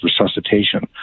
resuscitation